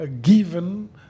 given